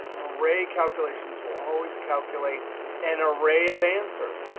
array calculations will always calculate an array of answers.